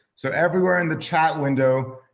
so everywhere in the chat window,